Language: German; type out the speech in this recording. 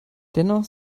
dennoch